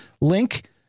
link